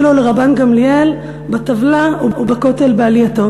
לו לרבן גמליאל בטבלא ובכותל בעלייתו"